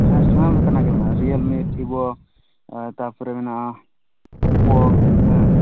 ᱦᱮᱸ ᱥᱟᱱᱟᱢ ᱞᱮᱠᱟᱱᱟᱜ ᱜᱮ ᱢᱮᱱᱟᱜᱼᱟ ᱨᱤᱭᱮᱞᱢᱤ ᱵᱷᱤᱵᱳ ᱛᱟᱯᱚᱨᱮ ᱢᱮᱱᱮᱜᱼᱟ ᱚᱯᱳ ᱦᱮᱸ